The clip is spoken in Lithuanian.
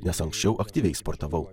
nes anksčiau aktyviai sportavau